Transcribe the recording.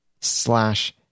slash